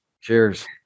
Cheers